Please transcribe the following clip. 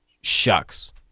shucks